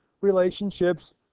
relationships